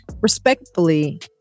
respectfully